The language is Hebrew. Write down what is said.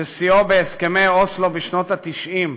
ששיאו בהסכמי אוסלו בשנות ה-90,